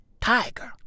tiger